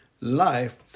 life